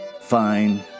Fine